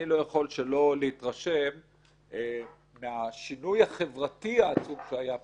אני לא יכול שלא להתרשם מהשינוי החברתי העצום שהיה פה,